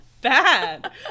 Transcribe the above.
bad